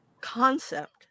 concept